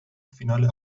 فینال